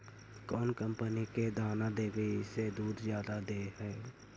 कौन कंपनी के दाना देबए से दुध जादा दे है?